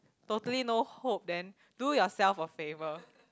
totally no hope then do yourself a favour